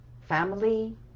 family